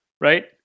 right